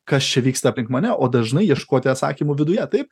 kas čia vyksta aplink mane o dažnai ieškoti atsakymų viduje taip